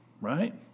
right